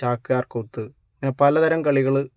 ചാക്യാർ കൂത്ത് അങ്ങനെ പലതരം കളികള്